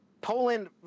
Poland